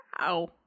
Wow